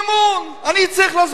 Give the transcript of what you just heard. עכשיו אי-אמון.